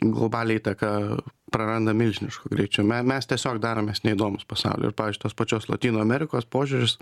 globalią įtaką praranda milžinišku greičiu me mes tiesiog daromės neįdomūs pasauliui ir pavyzdžiui tos pačios lotynų amerikos požiūris